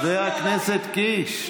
חבר הכנסת קיש,